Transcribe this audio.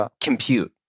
compute